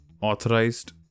authorized